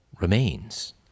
remains